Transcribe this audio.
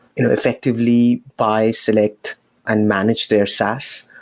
effectively buy, select and manage their sass.